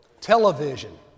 Television